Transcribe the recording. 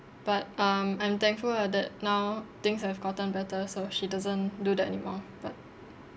but um I'm thankful lah that now things have gotten better so she doesn't do that anymore but